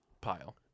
pile